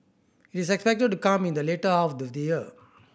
it is expected to come in the later half of the year